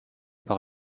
par